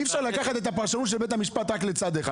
אי אפשר לקחת את הפרשנות של בית המשפט רק לצד אחד.